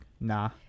nah